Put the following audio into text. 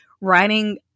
writing